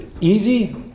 easy